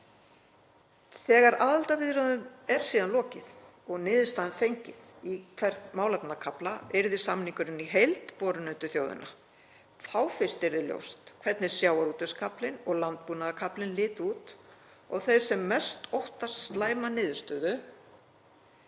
Þegar aðildarviðræðum er síðan lokið og niðurstaðan fengin í hvern málefnakafla yrði samningurinn í heild borinn undir þjóðina. Þá fyrst yrði ljóst hvernig sjávarútvegskaflinn og landbúnaðarkaflinn litu út og þeir sem mest óttast slæma niðurstöðu